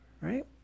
right